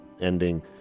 ending